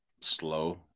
slow